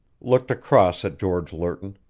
looked across at george lerton,